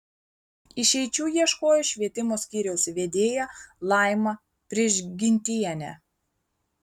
išeičių ieškojo švietimo skyriaus vedėja laima prižgintienė